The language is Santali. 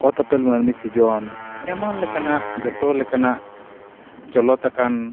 ᱚᱛ ᱩᱯᱮᱞ ᱢᱟᱹᱱᱢᱤ ᱥᱤᱨᱡᱚᱱ ᱮᱢᱟᱱ ᱞᱮᱠᱟᱱᱟᱜ ᱡᱚᱛᱚ ᱞᱮᱠᱟᱱᱟᱜ ᱪᱚᱞᱚᱛ ᱟᱠᱟᱱ